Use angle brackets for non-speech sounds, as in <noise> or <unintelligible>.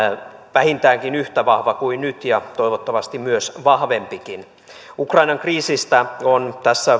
vähintäänkin yhtä vahva kuin nyt ja toivottavasti vahvempikin ukrainan kriisistä on tässä <unintelligible>